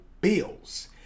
Bills